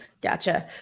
Gotcha